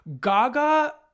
Gaga